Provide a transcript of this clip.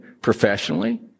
Professionally